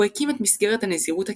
הוא הקים את מסגרת הנזירות הקהילתית,